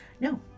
No